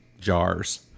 jars